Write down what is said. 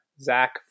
Zach